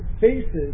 faces